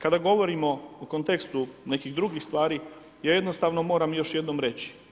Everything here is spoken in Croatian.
Kada govorimo o kontekstu nekih drugih stvari ja jednostavno moram još jednom reći.